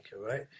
right